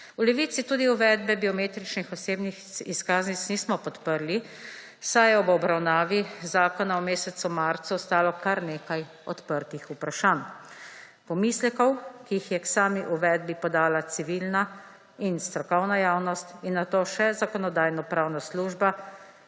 V Levici tudi uvedbe biometričnih osebnih izkaznic nismo podprli, saj je ob obravnavi zakonu v mesecu marcu ostalo kar nekaj odprtih vprašanj, pomislekov, ki jih je k sami uvedbi podala civilna in strokovna javnost in nato še Zakonodajno-pravna služba,